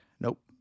Nope